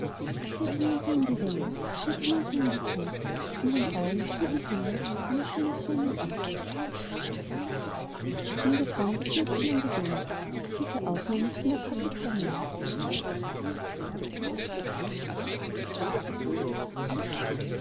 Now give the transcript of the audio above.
hinunter in die welle stiert hinunter in die flut in den augen spiegelhelle eine schöne träne ruht